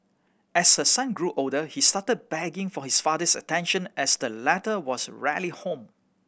as her son grew older he started begging for his father's attention as the latter was rarely home